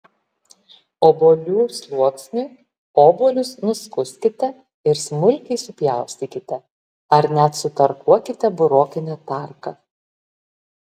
obuolių sluoksniui obuolius nuskuskite ir smulkiai supjaustykite ar net sutarkuokite burokine tarka